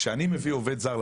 כשאני מביא עובד זר,